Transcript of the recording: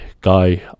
guy